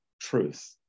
truth